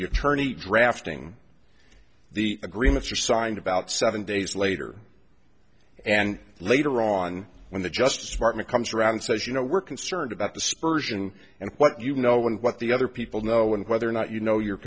attorney drafting the agreement you're signed about seven days later and later on when the justice department comes around and says you know we're concerned about dispersion and what you know and what the other people know and whether or not you know your